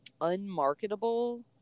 unmarketable